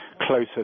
closer